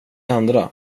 andra